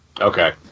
Okay